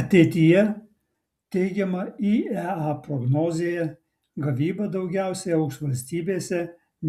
ateityje teigiama iea prognozėje gavyba daugiausiai augs valstybėse